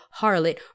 harlot